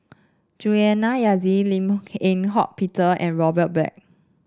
Juliana Yasin Lim Eng Hock Peter and Robert Black